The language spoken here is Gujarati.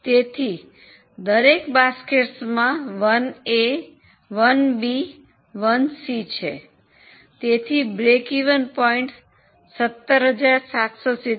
તેથી દરેક બાસ્કેટ્સમાં 1એ 1બી 1સી છે તેથી સમતૂર બિંદુ 17777